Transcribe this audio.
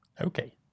Okay